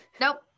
Nope